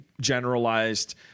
generalized